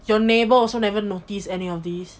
your neighbour also never notice any of these